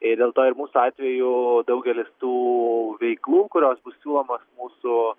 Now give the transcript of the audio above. dėl to ir mūsų atveju daugelis tų veiklų kurios bus siūlomos mūsų